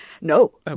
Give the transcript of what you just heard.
No